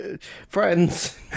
friends